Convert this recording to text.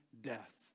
death